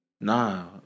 Nah